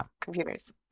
computers